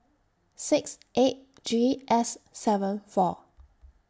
six eight G S seven four